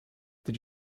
did